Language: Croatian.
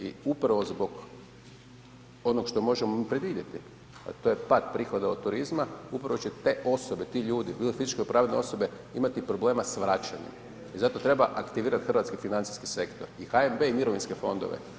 I upravo zbog onog što možemo mi predvidjeti, a to je pad prihoda od turizma, upravo će te osobe, ti ljudi, bilo fizičke ili pravne osobe, imati problema s vraćanjem i zato treba aktivirat hrvatski financijski sektor i HNB i mirovinske fondove.